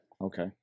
Okay